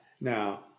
Now